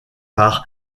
par